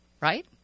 right